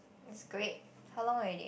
it's great how long already